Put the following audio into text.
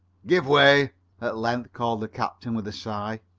give way! at length called the captain, with a sigh.